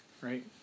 right